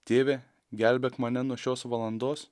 tėve gelbėk mane nuo šios valandos